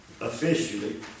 officially